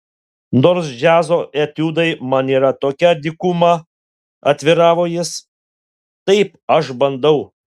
nors džiazo etiudai man yra tokia dykuma atviravo jis taip aš bandau